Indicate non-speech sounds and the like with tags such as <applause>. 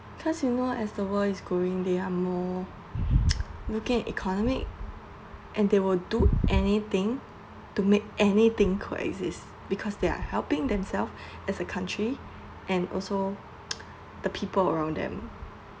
cause you know as the world is going they are more <noise> looking at economy and they will do anything to make anything coexist because they are helping themselves <breath> as a country and also <noise> the people around them